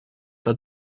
dat